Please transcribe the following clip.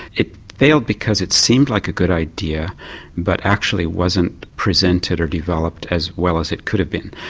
it failed because it seemed like a good idea but actually wasn't presented or developed as well as it could have been.